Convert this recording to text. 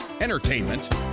entertainment